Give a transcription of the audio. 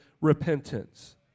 repentance